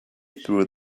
through